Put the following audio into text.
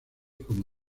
como